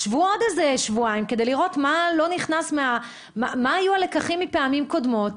שבו עוד שבועיים כדי לראות מה היו הלקחים מפעמים קודמות.